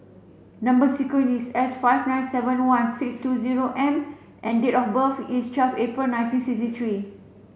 number sequence is S five nine seven one six two zero M and date of birth is twelve April nineteen sixty three